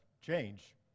change